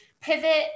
pivot